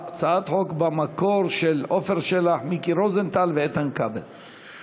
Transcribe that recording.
"מה לעשות?" היא למצוא את הפתרון איך לעשות את הכלכלה רלוונטית לימינו,